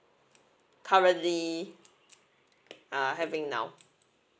currently uh having now